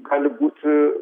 gali būti